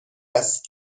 است